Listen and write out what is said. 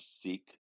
seek